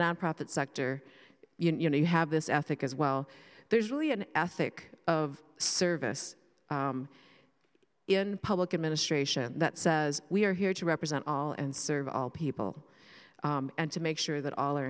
nonprofit sector you know you have this ethic as well there's really an ethic of service in public administration that says we are here to represent all and serve all people and to make sure that all are